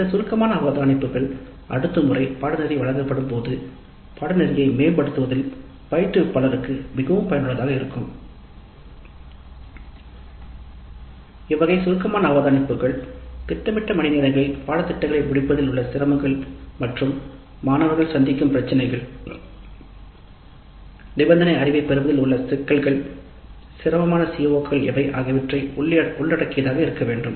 இந்த சுருக்கமான அவதானிப்புகள் பாடநெறியை மேம்படுத்துவதில் பயிற்றுவிப்பாளருக்கு மிகவும் பயனுள்ளதாக இருக்கும் இவ்வகை சுருக்கமான அவதானிப்புகள் திட்டமிட்ட மணிநேரங்களில் பாடத்திட்டங்களை முடிப்பதில் உள்ள சிரமங்கள் மற்றும் மாணவர்கள் சந்திக்கும் பிரச்சனைகள் ஆகியவற்றை உள்ளடக்கியதாக இருக்க வேண்டும் தேவைப்படும் முன்நிபந்தனை அறிவு சிரமமான CO கள் எவை என்பதை உள்ளடக்கியதாக இருக்க வேண்டும்